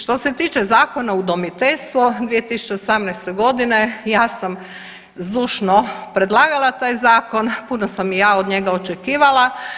Što se tiče Zakona o udomiteljstvu 2018. godine ja sam zdušno predlagala taj zakon, puno sam i ja od njega očekivala.